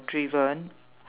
driven